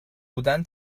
بودن